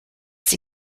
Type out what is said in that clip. sie